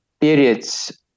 periods